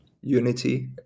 unity